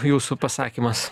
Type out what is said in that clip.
jūsų pasakymas